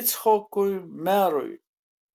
icchokui merui